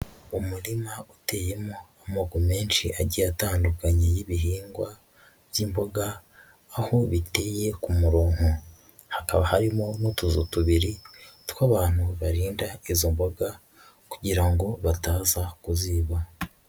Umurima uteyemo amoko menshi agiye atandukanye y'ibihingwa by'imboga, aho biteye ku muronko, hakaba harimo n'utuntu tubiri tw'abantu barinda izo mboga kugira ngo bataza kuziba.